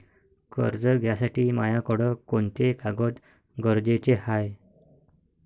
कर्ज घ्यासाठी मायाकडं कोंते कागद गरजेचे हाय?